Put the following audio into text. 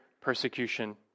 persecution